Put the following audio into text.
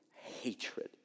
hatred